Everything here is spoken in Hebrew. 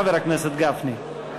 חבר הכנסת גפני.